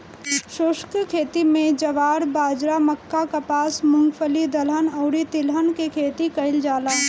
शुष्क खेती में ज्वार, बाजरा, मक्का, कपास, मूंगफली, दलहन अउरी तिलहन के खेती कईल जाला